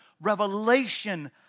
revelation